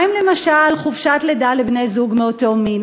מה עם, למשל, חופשת לידה לבני-זוג מאותו מין?